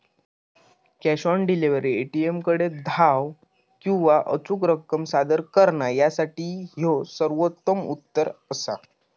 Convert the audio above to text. cash on delivery, ए.टी.एमकडे धाव किंवा अचूक रक्कम सादर करणा यासाठी ह्यो सर्वोत्तम उत्तर असा